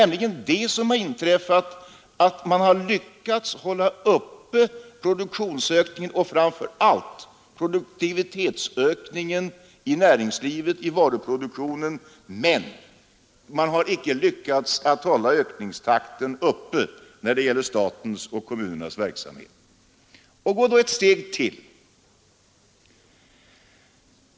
Man har nämligen lyckats hålla uppe produktionsökningen och framför allt produktivitetsökningen i näringslivet och varuproduktionen, men man har icke lyckats hålla ökningstakten uppe när det gäller statens och kommunernas verksamhet. Eller låt oss gå ett steg till.